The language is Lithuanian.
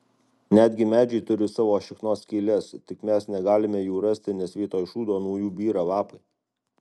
netgi medžiai turi savo šiknos skyles tik mes negalime jų rasti nes vietoj šūdo nuo jų byra lapai